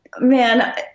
man